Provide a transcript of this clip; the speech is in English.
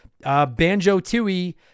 Banjo-Tooie